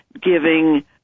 giving